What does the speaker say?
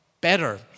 better